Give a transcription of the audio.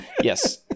Yes